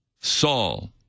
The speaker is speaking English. Saul